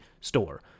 store